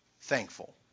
thankful